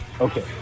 Okay